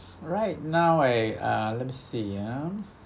right now I uh let me see ah